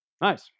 Nice